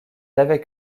avec